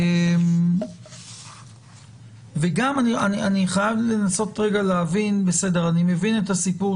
אני מבין את הסיפור